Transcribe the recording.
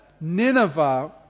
Nineveh